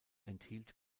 enthielt